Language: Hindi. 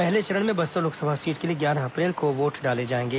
पहले चरण में बस्तर लोकसभा सीट के लिए ग्यारह अप्रैल को वोट डाले जाएंगे